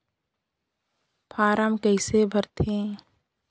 Form कइसे भरते?